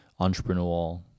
entrepreneurial